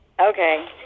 Okay